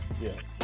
Yes